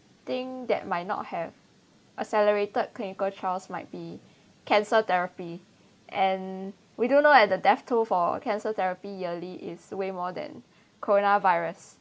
thing that might not have accelerated clinical trials might be cancer therapy and we don't know that the death toll for cancer therapy yearly is way more than coronavirus